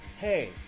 hey